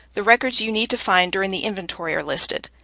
the records you need to find during the inventory are listed.